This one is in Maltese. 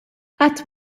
qatt